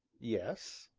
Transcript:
yes?